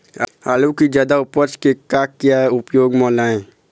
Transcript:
आलू कि जादा उपज के का क्या उपयोग म लाए?